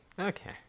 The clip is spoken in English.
Okay